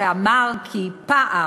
שאמר כי פער,